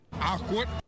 Awkward